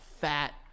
fat